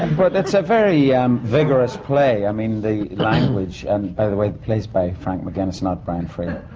and but it's a very yeah um vigorous play. i mean, the language. and by the way, the play is by frank mcginnis, not brian fray